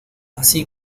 así